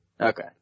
Okay